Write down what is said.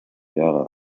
jahre